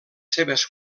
seves